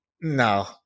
No